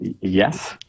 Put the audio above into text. Yes